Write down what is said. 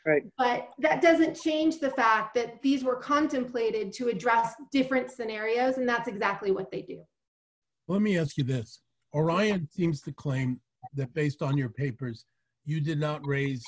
three but that doesn't change the fact that these were contemplated to address different scenarios and that's exactly what they do let me ask you this orion seems to claim that based on your papers you did not raise